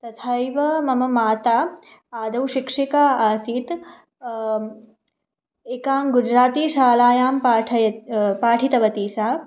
तथैव मम माता आदौ शिक्षिका आसीत् एकां गुजरातीशालायां पाठयत् पाठितवती सा